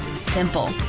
simple,